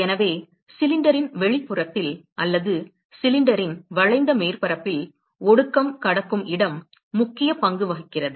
எனவே சிலிண்டரின் வெளிப்புறத்தில் அல்லது சிலிண்டரின் வளைந்த மேற்பரப்பில் ஒடுக்கம் கடக்கும் இடம் முக்கிய பங்கு வகிக்கிறது